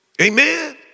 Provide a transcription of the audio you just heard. Amen